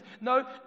No